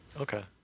Okay